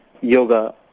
yoga